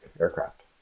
aircraft